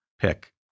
pick